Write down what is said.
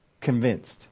convinced